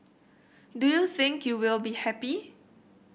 do you think you will be happy